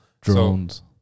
Drones